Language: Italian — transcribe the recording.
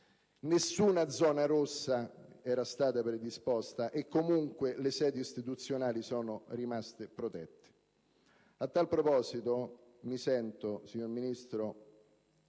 nessuna zona rossa era stata predisposta e, comunque, le sedi istituzionali sono rimaste protette. A tal proposito, signor Ministro,